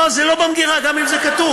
לא, זה לא במגירה, גם אם זה כתוב.